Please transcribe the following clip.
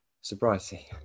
sobriety